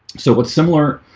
so what's similar?